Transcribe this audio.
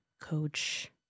Coach